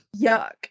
Yuck